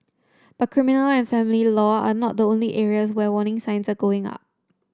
but criminal and family law are not the only areas where warning signs are going up